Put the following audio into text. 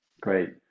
Great